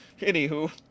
Anywho